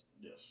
Yes